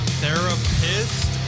therapist